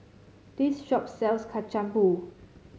this shop sells Kacang Pool